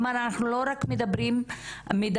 כלומר אנחנו לא רק מדברות על